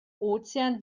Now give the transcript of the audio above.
ozean